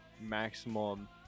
maximum